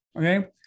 okay